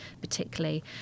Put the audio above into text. particularly